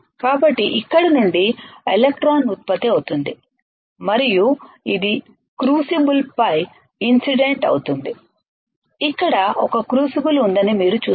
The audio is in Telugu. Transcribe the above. కాబట్టి ఇక్కడి నుండి ఎలక్ట్రాన్ ఉత్పత్తి అవుతుంది మరియు ఇది క్రూసిబుల్పై ఇన్సిడెంట్ అవుతుంది ఇక్కడ ఒక క్రూసిబుల్ ఉందని మీరు చూస్తారు